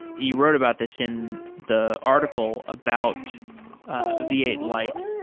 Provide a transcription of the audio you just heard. you wrote about this in the article about v eight lite.